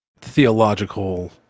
theological